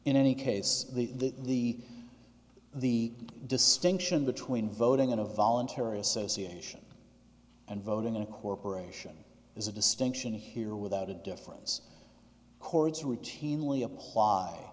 in any case the the distinction between voting in a voluntary association and voting in a corporation is a distinction here without a difference courts routinely apply